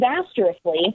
disastrously